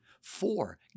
Four